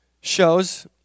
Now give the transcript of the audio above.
shows